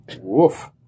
Woof